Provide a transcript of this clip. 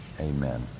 Amen